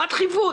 מה דחיפות?